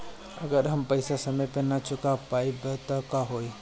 अगर हम पेईसा समय पर ना चुका पाईब त का होई?